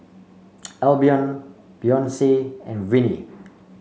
Albion Beyonce and Vinie